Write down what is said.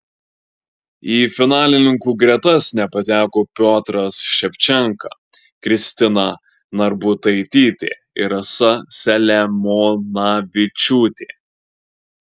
į finalininkų gretas nepateko piotras ševčenka kristina narbutaitytė ir rasa selemonavičiūtė